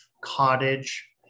cottage